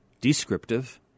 descriptive